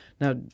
Now